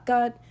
God